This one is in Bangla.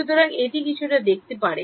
সুতরাং এটি কিছুটা দেখতে পারে